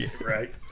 Right